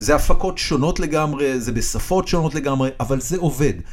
זה הפקות שונות לגמרי, זה בשפות שונות לגמרי, אבל זה עובד.